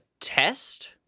test